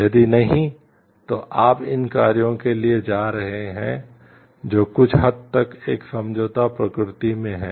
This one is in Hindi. यदि नहीं तो आप इन कार्यों के लिए जा रहे हैं जो कुछ हद तक एक समझौता प्रकृति में हैं